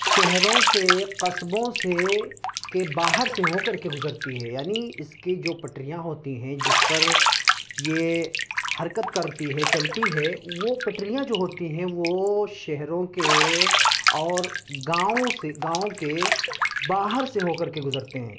شہروں سے قصبوں سے کے باہر سے ہو کر کے گزرتی ہے یعنی اس کی جو پٹریاں ہوتی ہیں جس پر یہ حرکت کرتی ہے چلتی ہے وہ پٹریاں جو ہوتی ہیں وہ شہروں كے اور گاؤں سے گاؤں كے باہر سے ہو كر کے گزرتے ہیں